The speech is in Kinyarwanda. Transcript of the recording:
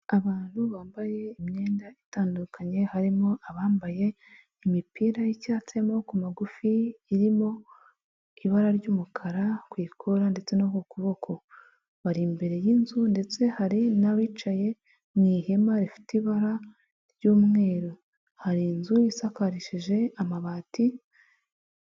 Abantu bambaye imyenda itandukanye harimo abambaye imipira y'icyatsi, y'amoboko magufi, irimo ibara ry'umukara ku ikora ndetse no ku kuboko, bari imbere y'inzu ndetse hari n'abicaye mu ihema rifite ibara ry'umweru, hari inzu isakarishijeje amabati.